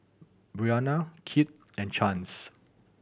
Brianna Kit and Chance